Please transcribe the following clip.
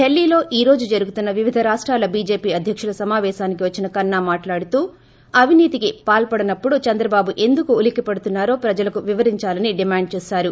ఢిల్లీలో ఈ రోజు ోజు ోజరుగుతున్న వివిధ రాష్టాల్ బీజేపీ అధ్యకుల సమాపేశానికి వచ్చిన కన్నా మాటలాడుతూ అవినీతోకి పాల్సడనప్పుడు చంద్రబాబు ఎందుకు ఉలిక్సిపడుతున్నారో ప్రజలకు వివరించాలని డిమాండ్ చేశారు